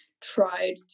tried